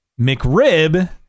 McRib